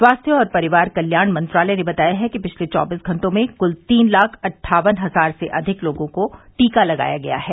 स्वास्थ्य और परिवार कल्याण मंत्रालय ने बताया है कि पिछले चौबीस घंटों में कुल तीन लाख अट्ठावन हजार से अधिक लोगों को टीका लगाया गया है